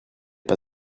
pas